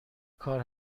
کار